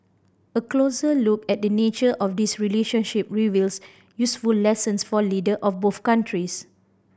a closer look at the nature of this relationship reveals useful lessons for leader of both countries